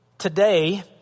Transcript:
Today